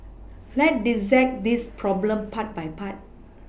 let's dissect this problem part by part